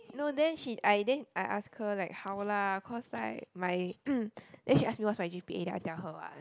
no then she I then I ask her like how lah cos like my then she ask me what's my g_p_a then I tell her what